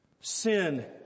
sin